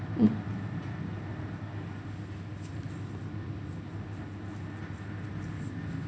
mm